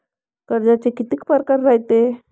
कर्जाचे कितीक परकार रायते?